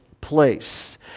place